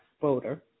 voter